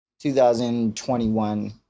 2021